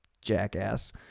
jackass